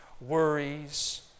worries